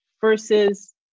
versus